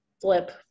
flip